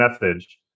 message